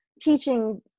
teaching